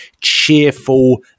cheerful